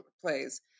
plays